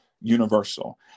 universal